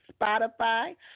Spotify